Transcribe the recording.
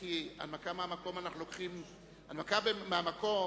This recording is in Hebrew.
הנמקה מהמקום זה לא המכסה.